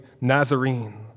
Nazarene